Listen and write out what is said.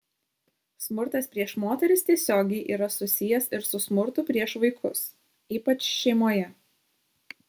smurtas prieš moteris tiesiogiai yra susijęs ir su smurtu prieš vaikus ypač šeimoje